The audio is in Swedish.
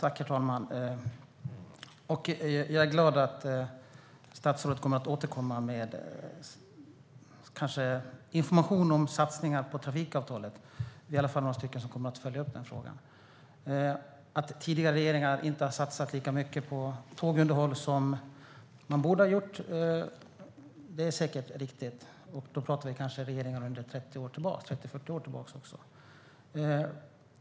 Herr talman! Jag är glad att statsrådet kommer att återkomma. Kanske ger hon då information om satsningar på trafikavtalen. Vi är i alla fall några stycken som kommer att följa upp den frågan. Att tidigare regeringar inte har satsat så mycket på tågunderhåll som de borde ha gjort är säkert riktigt. Det gäller regeringar under kanske 30-40 år tillbaka.